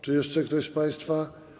Czy jeszcze ktoś z państwa?